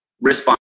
respond